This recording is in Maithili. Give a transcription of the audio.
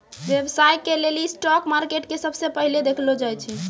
व्यवसाय के लेली स्टाक मार्केट के सबसे पहिलै देखलो जाय छै